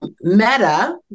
Meta